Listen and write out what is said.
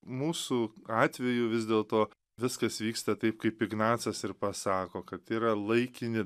mūsų atveju vis dėlto viskas vyksta taip kaip ignacas ir pasako kad yra laikini